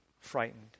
frightened